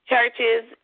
churches